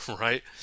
right